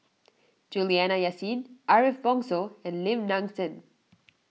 Juliana Yasin Ariff Bongso and Lim Nang Seng